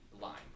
line